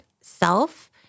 self